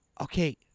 Okay